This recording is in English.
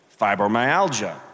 Fibromyalgia